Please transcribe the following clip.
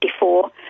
1954